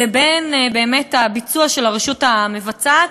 לבין באמת הביצוע של הרשות המבצעת